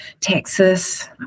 texas